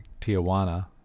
Tijuana